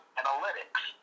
analytics